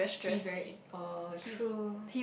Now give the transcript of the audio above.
he very in oh though